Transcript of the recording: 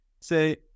say